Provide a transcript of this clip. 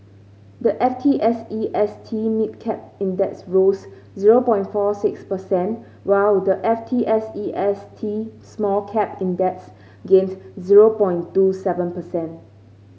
the F T S E S T Mid Cap Index rose zero point four six percent while the F T S E S T Small Cap Index gained zero point two seven percent